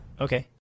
Okay